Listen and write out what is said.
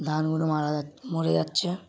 ধানগুলো মরে যাচ্ছে